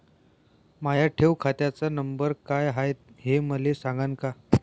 माया ठेव खात्याचा नंबर काय हाय हे मले सांगान का?